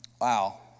Wow